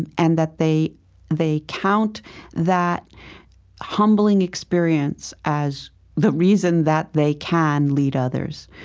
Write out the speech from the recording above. and and that they they count that humbling experience as the reason that they can lead others.